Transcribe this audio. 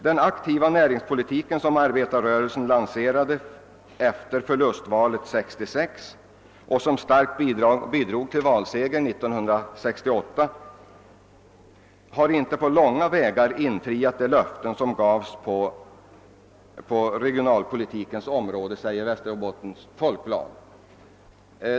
»Den aktiva näringspolitiken, som arbetarrörelsen lanserade efter förlustvalet 1966 och som starkt bidrog till valsegern 1968, har inte på långa vägar infriat de löften som gavs på regionalpolitkens område», säger Västerbottens Folkblad.